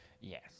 Yes